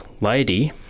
lady